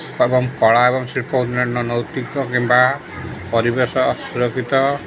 ଏବଂ କଳା ଏବଂ ଶିଳ୍ପ ଉନ୍ନୟ ନୈତିକ କିମ୍ବା ପରିବେଶ ସୁରକ୍ଷିତ